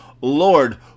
Lord